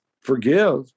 forgive